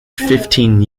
fifteen